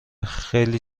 خیلی